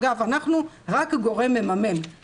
אגב, אנחנו רק הגורם המממן.